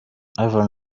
ivan